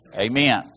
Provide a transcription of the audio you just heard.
Amen